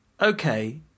Okay